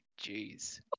Jeez